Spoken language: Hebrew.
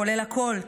כולל הכול,